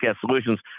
Solutions